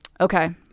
Okay